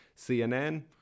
CNN